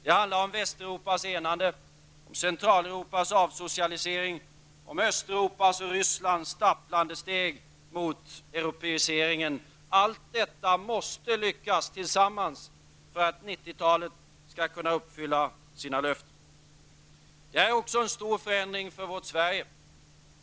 Det handlar om Västeuropas enande, om Centraleuropas avsocialisering och om Östeuropas och Rysslands stapplande steg mot en europeisering. Allt detta måste lyckas tillsammans för att 90-talet skall kunna uppfylla sina löften. Det innebär också en stor förändring för vårt Sverige.